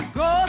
go